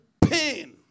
pain